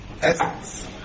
essence